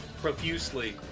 profusely